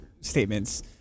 statements